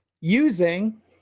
using